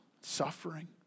suffering